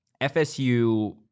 FSU